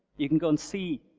you can go and see